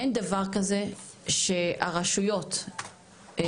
אין דבר כזה שהרשויות הכלכליות,